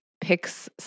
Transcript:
picks